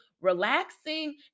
relaxing